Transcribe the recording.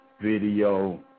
video